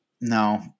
No